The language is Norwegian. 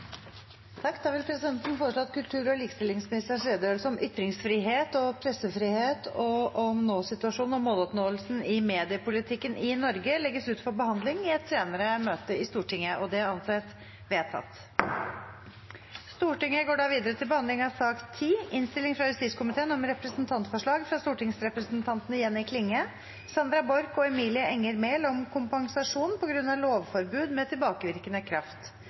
Presidenten foreslår at kultur- og likestillingsministerens redegjørelse om ytringsfrihet og pressefrihet og om nåsituasjonen og måloppnåelsen i mediepolitikken i Norge legges ut for behandling i et senere møte i Stortinget. – Det anses vedtatt. Etter ønske fra justiskomiteen vil presidenten ordne debatten slik: 3 minutter til hver partigruppe og 3 minutter til medlemmer av regjeringen. Videre vil det – innenfor den fordelte taletid – bli gitt anledning til inntil fem replikker med